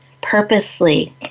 purposely